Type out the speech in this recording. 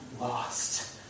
lost